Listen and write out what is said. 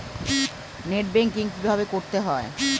Net banking কীভাবে করতে হয়?